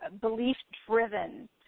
belief-driven